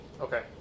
Okay